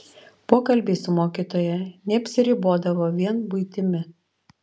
pokalbiai su mokytoja neapsiribodavo vien buitimi